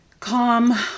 calm